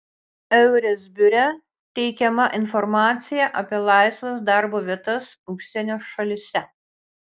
eures biure teikiama informacija apie laisvas darbo vietas užsienio šalyse